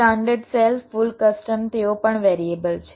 standard cell full custom તેઓ પણ variable છે